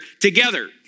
together